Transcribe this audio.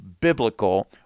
biblical